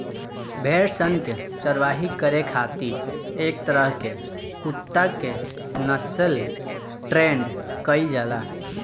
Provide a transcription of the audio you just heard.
भेड़ सन के चारवाही करे खातिर एक तरह के कुत्ता के नस्ल के ट्रेन्ड कईल जाला